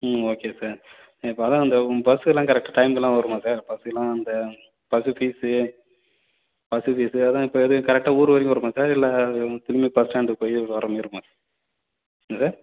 ம் okay sir இப்போ அதான் அந்த பஸ்ஸுலாம் கரெட்டாக டைமுக்குலாம் வருமா சார் பஸ்லாம் அந்த பஸ்ஸு ஃபீஸ்ஸு பஸ்ஸு ஃபீஸ்ஸு அதான் இப்போ எதுவும் கரெட்டாக ஊர் வரைக்கும் வருமா சார் இல்லை திரும்பி பஸ் ஸ்டாண்ட்க்கு போய் வர மாதிரி இருக்குமா என்ன சார்